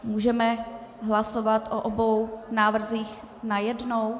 Můžeme hlasovat o obou návrzích najednou?